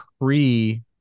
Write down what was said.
pre